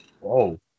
Whoa